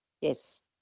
yes